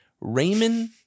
Raymond